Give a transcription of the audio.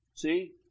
See